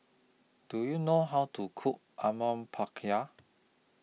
Do YOU know How to Cook